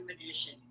magician